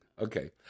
Okay